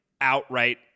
outright